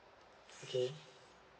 okay